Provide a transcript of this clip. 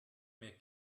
mehr